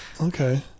okay